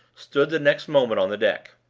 stood the next moment on the deck.